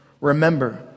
remember